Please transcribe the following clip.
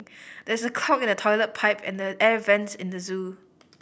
there is a clog in the toilet pipe and the air vents in the zoo